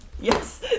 Yes